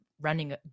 running